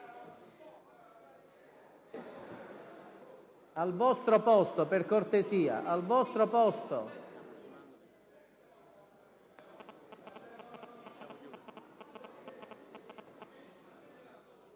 al vostro posto, per cortesia.